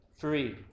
free